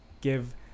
give